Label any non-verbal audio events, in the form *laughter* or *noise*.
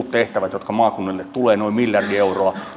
*unintelligible* tehtävien osalta jotka maakunnille tulevat noin miljardi euroa